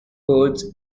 birds